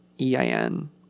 E-I-N